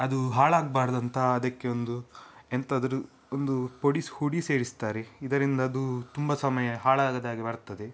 ಅದು ಹಾಳಾಗಬಾರ್ದಂತ ಅದಕ್ಕೆ ಒಂದು ಎಂತಾದ್ರೂ ಒಂದು ಪುಡಿ ಹುಡಿ ಸೇರಿಸ್ತಾರೆ ಇದರಿಂದ ಅದು ತುಂಬಾ ಸಮಯ ಹಾಳಾಗದಾಗೆ ಬರ್ತದೆ